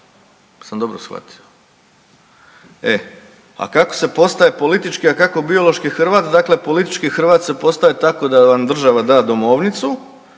Jesam dobro shvatio? E, a kako se postaje politički, a kako biološki Hrvat? Dakle, politički Hrvat se postaje tako da vam država da domovnicu,